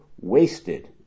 wasted